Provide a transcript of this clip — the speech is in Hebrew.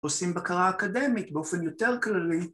‫עושים בקרה אקדמית באופן יותר כללי.